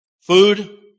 Food